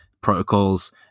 protocols